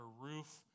roof